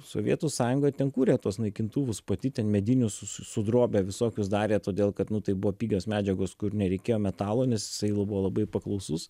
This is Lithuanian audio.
sovietų sąjunga ten kūrė tuos naikintuvus pati ten medinius su su su drobe visokius darė todėl kad nu tai buvo pigios medžiagos kur nereikėjo metalo nes jisai jau buvo labai paklausus